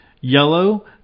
Yellow